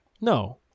no